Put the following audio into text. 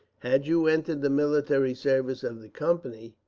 had you entered the military service of the company,